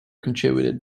contributed